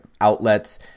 outlets